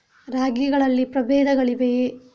ರಾಗಿಗಳಲ್ಲಿ ಪ್ರಬೇಧಗಳಿವೆಯೇ?